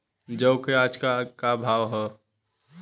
जौ क आज के भाव का ह?